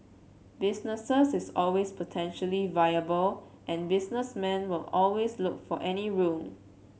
businesses is always potentially viable and businessmen will always look for any room